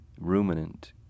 Ruminant